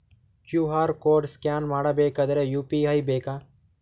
QR code scan ಮಾಡಬೇಕಾದರೆ UPI ಬೇಕಾ?